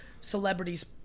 celebrities